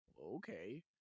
okay